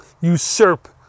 usurp